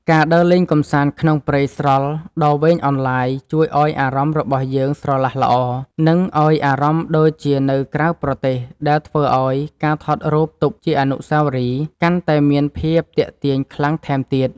ការដើរលេងកម្សាន្តក្នុងព្រៃស្រល់ដ៏វែងអន្លាយជួយឱ្យអារម្មណ៍របស់យើងស្រឡះល្អ និង ឱ្យអារម្មណ៍ដូចជានៅក្រៅប្រទេសដែលធ្វើឱ្យការថតរូបទុកជាអនុស្សាវរីយ៍កាន់តែមានភាពទាក់ទាញខ្លាំងថែមទៀត។